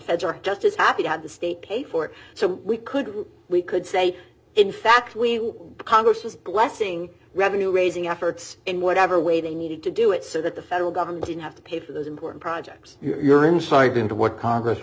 feds are just as happy to have the state pay for it so we could we could say in fact we congress was blessing revenue raising efforts in whatever way they needed to do it so that the federal government would have to pay for those important projects you're insight into what congress